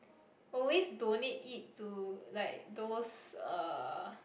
always donate it to like those uh